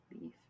beef